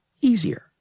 easier